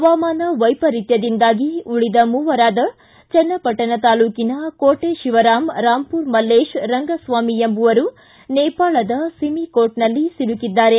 ಹವಾಮಾನ ವೈಪರಿತ್ಯದಿಂದಾಗಿ ಉಳಿದ ಮೂವರಾದ ಚನ್ನಪಟ್ಟಣ ತಾಲ್ಲೂಕನ ಕೋಟೆ ಶಿವರಾಮ್ ರಾಂಪುರ ಮಲ್ಲೇಶ್ ರಂಗಸ್ವಾಮಿ ಎಂಬುವರು ನೇಪಾಳದ ಸಿಮಿಕೋಟ್ನಲ್ಲಿ ಸಿಲುಕಿದ್ದಾರೆ